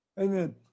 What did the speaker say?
Amen